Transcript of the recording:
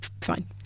fine